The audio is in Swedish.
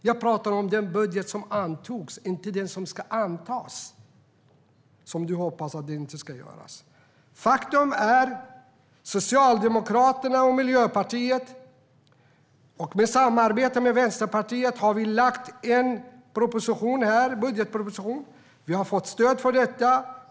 Jag pratar om den budget som antogs, inte den som ska antas. Socialdemokraterna och Miljöpartiet har i samarbete med Vänsterpartiet lagt fram en budgetproposition. Vi har fått stöd för den.